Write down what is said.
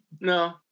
No